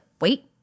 wait